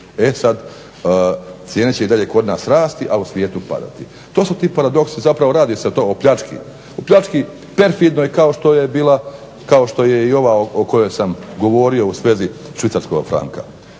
E sada, cijene će i dalje kod nas rasti, a u svijetu padati. To su ti paradoksi, zapravo se radi o pljački, pljački perfidnoj kao što je bila o kojoj sam govorio u svezi švicarskog franka.